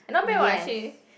yes